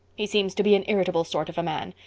he seems to be an irritable sort of a man.